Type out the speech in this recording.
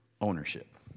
ownership